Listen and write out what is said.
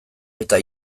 eta